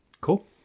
Cool